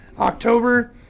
october